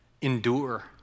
Endure